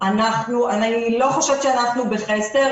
אני לא חושבת שאנחנו בחסר.